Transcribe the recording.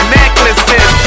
necklaces